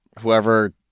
Whoever